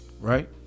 right